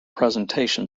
presentation